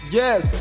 yes